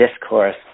discourse